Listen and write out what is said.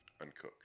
uncooked